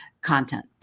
content